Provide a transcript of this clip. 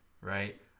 right